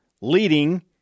leading